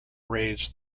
raised